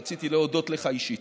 רציתי להודות לך אישית.